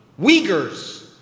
Uyghurs